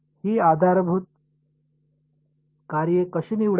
ही आधारभूत कार्ये कशी निवडायची